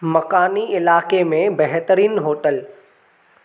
मकानी इलाक़े में बहितरीन होटल